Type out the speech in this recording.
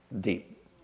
deep